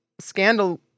scandal